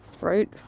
Right